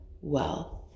wealth